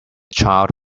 child